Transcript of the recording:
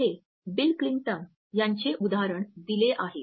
येथे Bill Clinton यांचे उदाहरण दिले आहे